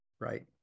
right